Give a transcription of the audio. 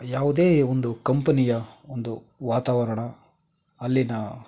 ಯಾವುದೇ ಒಂದು ಕಂಪನಿಯ ಒಂದು ವಾತಾವರಣ ಅಲ್ಲಿನ